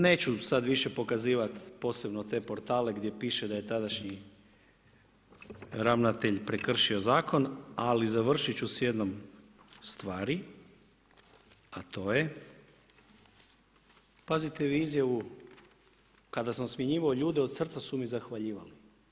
Neću sad više pokazivat posebno te portale gdje piše da je tadašnji ravnatelj prekršio zakon ali završit ću s jednom stvari, a to je, pazite vi izjavu, kada sam smjenjivao ljude od srca su mi zahvaljivali.